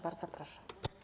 Bardzo proszę.